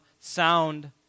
sound